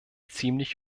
ziemlich